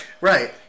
Right